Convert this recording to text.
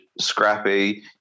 scrappy